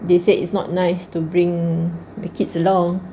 they said it's not nice to bring the kids along